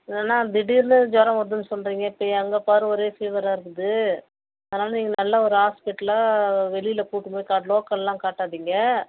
ஏன்னால் திடீர்னு ஜூரம் வருதுன்னு சொல்கிறீங்க இப்போ எங்க பாரு ஒரே ஃபீவரா இருக்குது அதனால் நீங்கள் நல்ல ஒரு ஹாஸ்பிட்டலா வெளியில் கூப்பிடுனு போயி காட் லோக்கல்லா காட்டாதீங்கள்